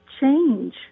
change